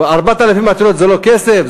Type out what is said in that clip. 4,000 עתירות זה לא כסף?